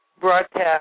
broadcast